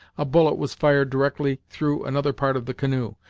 a bullet was fired directly through another part of the canoe,